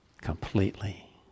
completely